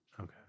Okay